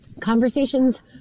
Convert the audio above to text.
conversations